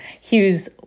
Hughes